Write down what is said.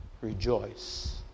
rejoice